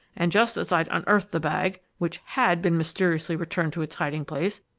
and just as i'd unearthed the bag, which had been mysteriously returned to its hiding-place,